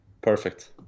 perfect